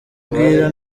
bwira